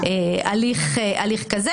וישנם לא מעט מפוסקי ההלכה ומהוגי המשפט העברי